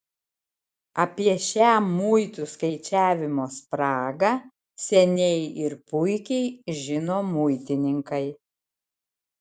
apie šią muitų skaičiavimo spragą seniai ir puikiai žino muitininkai